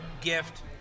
Gift